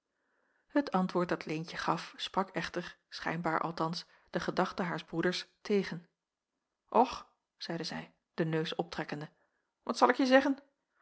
het antwoord dat leentje gaf sprak echter schijnbaar althans de gedachte haars broeders tegen och zeide zij den neus optrekkende wat zal ik je zeggen